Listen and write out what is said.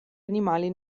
animali